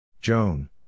Joan